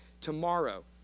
tomorrow